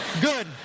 Good